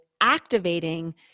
activating